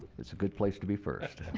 it's a good place to be first.